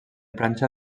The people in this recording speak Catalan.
planxa